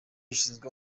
zishinzwe